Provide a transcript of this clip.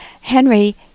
Henry